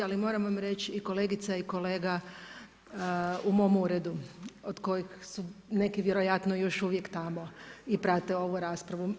Ali moram vam reći i kolegica i kolega u mom uredu od kojeg su neki vjerojatno još uvijek tamo i prate ovu raspravu.